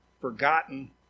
forgotten